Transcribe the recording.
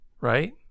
right